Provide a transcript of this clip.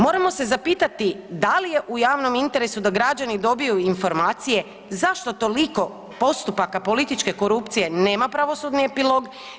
Moramo se zapitati da li je u javnom interesu da građani dobiju informacije zašto toliko postupaka političke korupcije nema pravosudni epilog?